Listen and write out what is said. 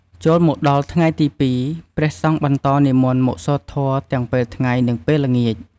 ចូលមកដល់ថ្ងៃទី២ ព្រះសង្ឃបន្តនិមន្តមកសូត្រធម៌ទាំងពេលថ្ងៃ និងពេលល្ងាច។